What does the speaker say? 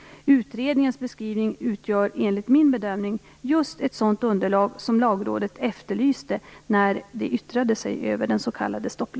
Utredningens beskrivning utgör enligt min bedömning just ett sådant underlag som